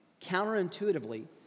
counterintuitively